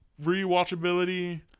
Rewatchability